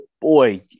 boy